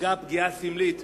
ויפגע פגיעה סמלית,